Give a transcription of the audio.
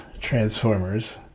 Transformers